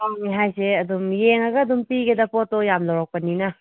ꯇꯥꯡꯉꯦ ꯍꯥꯏꯁꯦ ꯑꯗꯨꯝ ꯌꯦꯡꯉꯒ ꯑꯗꯨꯝ ꯄꯤꯒꯦꯗ ꯄꯣꯠꯇꯣ ꯌꯥꯝ ꯂꯧꯔꯛꯄꯅꯤꯅ